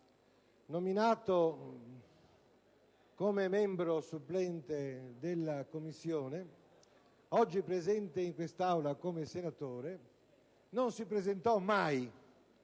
nominato come membro supplente della commissione - oggi presente in quest'Aula come senatore - non si presentò mai,